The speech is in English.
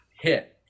hit